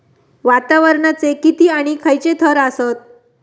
वातावरणाचे किती आणि खैयचे थर आसत?